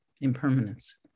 impermanence